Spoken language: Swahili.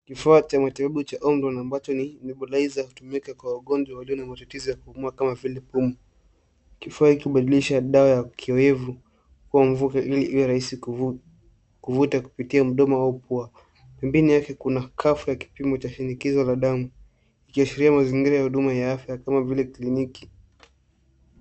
Kifaa cha matibabu cha Omron ambacho ni nebuliser hutumika kwa wagonjwa walio na matatizo ya kupumua kama vile pumu. Kifaa hiki hubadilisha dawa ya kiowevu kuwa mvuke ili iwe rahisi kuvuta kupitia mdomo au pua. Pembeni yake kuna kafu ya kipimo cha shinikizo la damu ikiashiria mazingira ya huduma ya afya kama vile kliniki.